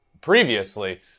previously